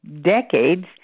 decades